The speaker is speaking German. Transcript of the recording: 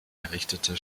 errichtete